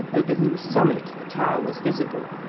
over whose summit the tower was visible.